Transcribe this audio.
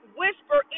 whisper